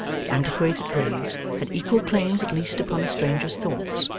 the antiquated graves, had equal claims at least upon a stranger's thoughts,